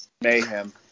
mayhem